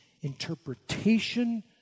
interpretation